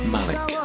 Malik